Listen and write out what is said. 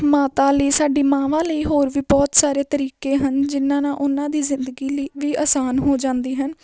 ਮਾਤਾ ਲਈ ਸਾਡੀ ਮਾਵਾਂ ਲਈ ਹੋਰ ਵੀ ਬਹੁਤ ਸਾਰੇ ਤਰੀਕੇ ਹਨ ਜਿਨ੍ਹਾਂ ਨਾਲ ਉਹਨਾਂ ਦੀ ਜ਼ਿੰਦਗੀ ਲਈ ਵੀ ਆਸਾਨ ਹੋ ਜਾਂਦੀ ਹੈ